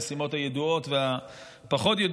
המשימות הידועות והפחות-ידועות,